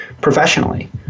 professionally